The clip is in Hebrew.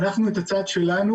אנחנו את הצד שלנו,